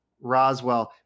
Roswell